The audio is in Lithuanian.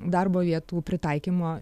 darbo vietų pritaikymo